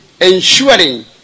ensuring